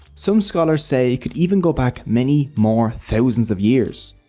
some scholars say it could even go back many more thousands of years.